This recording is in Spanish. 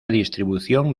distribución